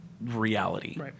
reality